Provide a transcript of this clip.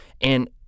And-